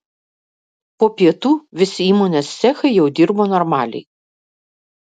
po pietų visi įmonės cechai jau dirbo normaliai